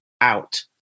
out